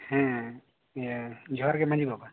ᱦᱮᱸ ᱡᱚᱦᱟᱨᱜᱮ ᱢᱟᱹᱡᱷᱤ ᱵᱟᱵᱟ